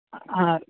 ಹಾಂ ರೀ